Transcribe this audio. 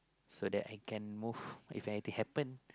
so that I can move if anything happen